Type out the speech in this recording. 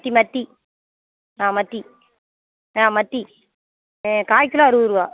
மத்தி மத்தி ஆ மத்தி ஆ மத்தி கால்கிலோ அறுபதுருவா